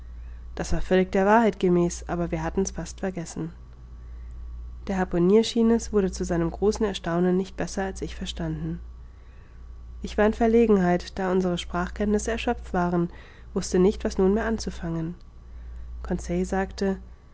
das war völlig der wahrheit gemäß aber wir hatten's fast vergessen der harpunier schien es wurde zu seinem großen erstaunen nicht besser als ich verstanden ich war in verlegenheit da unsere sprachkenntnisse erschöpft waren wußte nicht was nunmehr anzufangen conseil sagte